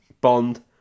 Bond